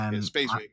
Space